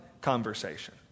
conversation